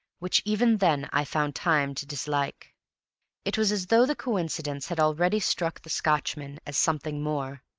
which even then i found time to dislike it was as though the coincidence had already struck the scotchman as something more.